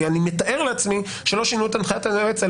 כי אני מתאר לעצמי שלא שינו את הנחיית היועץ על